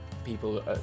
People